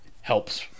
helps